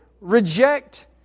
reject